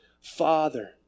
Father